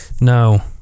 No